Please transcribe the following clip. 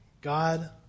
God